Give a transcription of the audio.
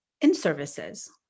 in-services